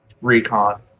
recon